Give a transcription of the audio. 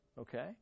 okay